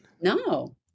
No